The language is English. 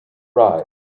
ride